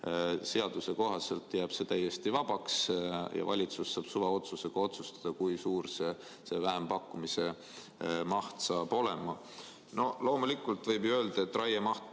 Seaduse kohaselt jääb see täiesti vabaks ja valitsus saab suvaotsusega otsustada, kui suur see vähempakkumise maht on. Loomulikult võib öelda, et raiemaht